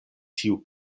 tiu